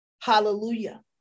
Hallelujah